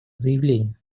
заявление